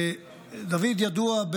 דוד ידוע,